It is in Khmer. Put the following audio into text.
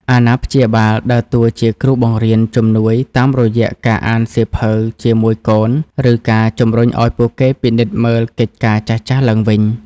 អាណាព្យាបាលដើរតួជាគ្រូបង្រៀនជំនួយតាមរយៈការអានសៀវភៅជាមួយកូន ឬការជំរុញឱ្យពួកគេពិនិត្យមើលកិច្ចការចាស់ៗឡើងវិញ។